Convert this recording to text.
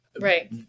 Right